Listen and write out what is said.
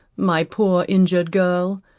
my poor injured girl,